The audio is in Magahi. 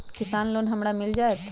किसान लोन हमरा मिल जायत?